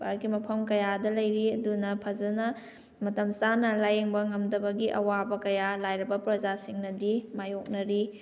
ꯚꯥꯔꯠꯀꯤ ꯃꯐꯝ ꯀꯌꯥꯗ ꯂꯩꯔꯤ ꯑꯗꯨꯅ ꯐꯖꯅ ꯃꯇꯝ ꯆꯥꯅ ꯂꯥꯏꯌꯦꯡꯕ ꯉꯝꯗꯕꯒꯤ ꯑꯋꯥꯕ ꯀꯌꯥ ꯂꯥꯏꯔꯕ ꯄ꯭ꯔꯖꯥꯁꯤꯡꯅꯗꯤ ꯃꯥꯏꯌꯣꯛꯅꯔꯤ